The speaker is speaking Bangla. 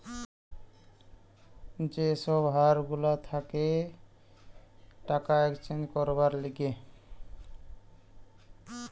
যে সব হার গুলা থাকে টাকা এক্সচেঞ্জ করবার লিগে